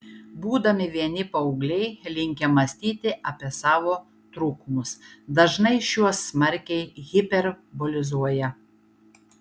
būdami vieni paaugliai linkę mąstyti apie savo trūkumus dažnai šiuos smarkiai hiperbolizuoja